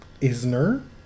Isner